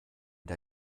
der